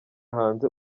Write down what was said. hanze